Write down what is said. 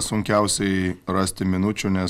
sunkiausiai rasti minučių nes